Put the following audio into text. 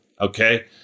okay